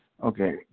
Okay